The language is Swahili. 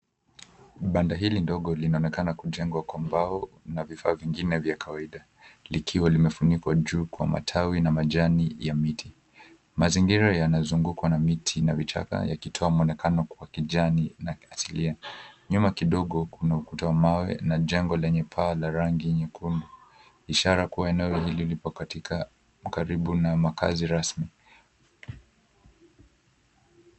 Banda hili ndogo linaonekana kujengwa kwa mbao na vifaa vingine vya kawaida likiwa limefunikwa juu kwa matawi na majani ya miti. Mazingira yanazungukwa na miti na vichaka yakitoa muonekano wa kijani na ya kiasilia nyuma kidogo, kuna ukuta wa mawe na jengo lenye paa la rangi nyekundu ishara kuwa eneo hili lipo katika karibu na makazi rasmi.